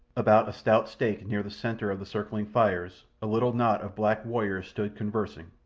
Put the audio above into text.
about a stout stake near the centre of the circling fires a little knot of black warriors stood conversing,